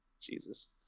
Jesus